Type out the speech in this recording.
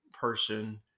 person